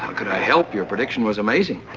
ah could i help, your prediction was amazing!